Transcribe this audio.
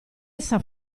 essa